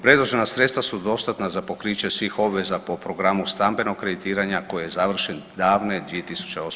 Predložena sredstva su dostatna za pokriće svih obveza po programu stambenog kreditiranja koji je završen davne 2008.g.